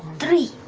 three!